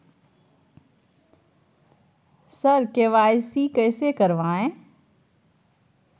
sir KYC कैसे करवाएं